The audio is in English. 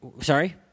Sorry